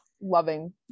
loving